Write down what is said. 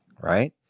right